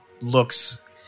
looks